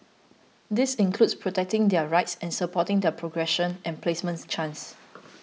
this includes protecting their rights and supporting their progression and placement chances